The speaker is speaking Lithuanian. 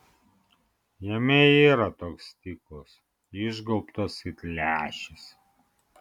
jame yra toks stiklas išgaubtas it lęšis